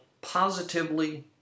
Positively